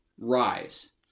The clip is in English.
Rise